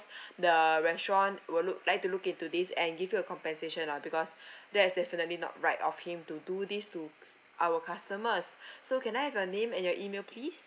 the restaurant will look like to look into this and give you a compensation lah because that is definitely not right of him to do this to s~ our customers so can I have your name and your email please